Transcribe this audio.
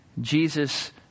Jesus